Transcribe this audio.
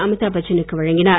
அமிதாப் பச்சனுக்கு வழங்கினார்